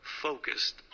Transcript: focused